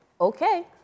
Okay